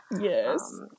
Yes